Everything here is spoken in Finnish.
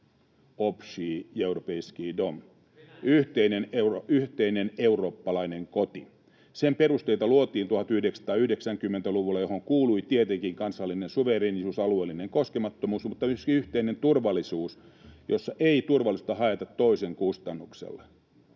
”yhteinen eurooppalainen koti”. Sen perusteita luotiin 1990-luvulla, ja niihin kuuluivat tietenkin kansallinen suvereenisuus ja alueellinen koskemattomuus mutta myöskin yhteinen turvallisuus, jossa ei turvallisuutta haeta toisen kustannuksella.